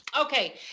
Okay